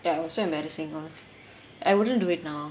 ya it was so embarrassing hon~ I wouldn't do it now